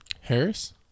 Harris